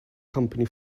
company